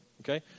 okay